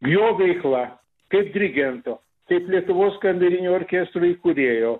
jo veikla kaip dirigento kaip lietuvos kamerinio orkestro įkūrėjo